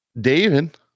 David